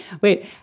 Wait